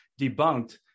debunked